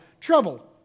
trouble